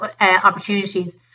opportunities